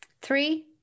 three